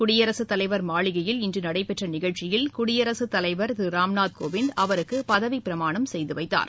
குடியரசுத் தலைவர் மாளிகையில் இன்று நடைபெற்ற நிகழ்ச்சியில் குடியரசுத் தலைவர் திரு ராம்நாத் கோவிந்த் அவருக்கு பதவிப் பிரமாணம் செய்து வைத்தார்